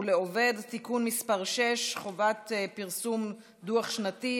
ולעובד (תיקון מס' 6) (חובת פרסום דוח שנתי),